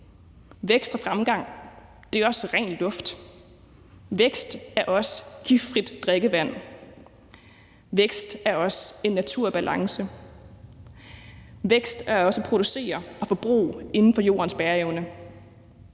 Vækst og fremgang er også ren luft. Vækst er også giftfrit drikkevand. Vækst er også en naturbalance. Vækst er også at producere og forbruge inden for jordens bæreevne.